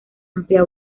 amplia